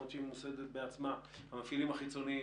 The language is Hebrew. המפעילים החיצוניים,